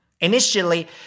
Initially